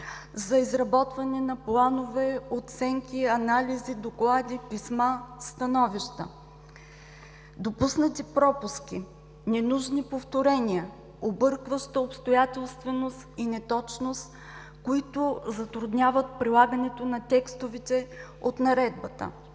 за изработване на планове, оценки, анализи, доклади, писма, становища, допуснати пропуски, ненужни повторения, объркваща обстоятелственост и неточност, които затрудняват прилагането на текстовете от Наредбата,